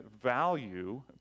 value